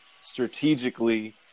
strategically